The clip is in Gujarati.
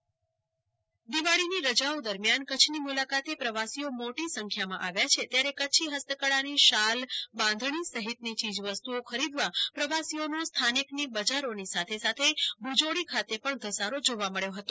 કલ્પના શાહ્ કચ્છ પ્રવાસીઓનો ધસારો દિવાળીની રજાઓ દરમિયાન કચ્છની મુલાકાતે પ્રવાસીઓ મોટી સંખ્યામાં આવ્યા છે ત્યારે કચ્છી હસ્તકલાની શાલ બાંધણી સહિતની ચીજ વસ્તુઓ ખરીદવા પ્રવાસીઓનો સ્થાનિકની બજારોની સાથે સાથે ભુજોડી ખાતે પણ ધસારો જોવા મળ્યો હતો